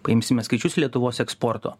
paimsime skaičius lietuvos eksporto